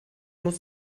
musst